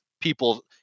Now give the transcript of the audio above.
people